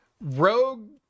rogue